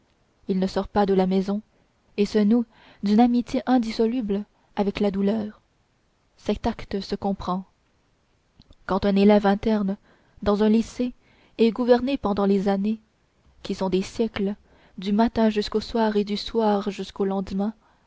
il ne sort pas de la maison et se noue d'une amitié indissoluble avec la douleur cet acte se comprend quand un élève interne dans un lycée est gouverné pendant des années qui sont des siècles du matin jusqu'au soir et du soir jusqu'au lendemain